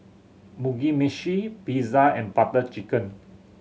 Mugi Meshi Pizza and Butter Chicken